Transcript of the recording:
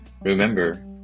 Remember